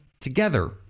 together